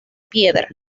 piedra